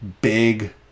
big